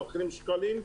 מוכרים שקלים,